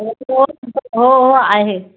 हो हो आहे